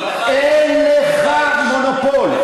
אין לך מונופול.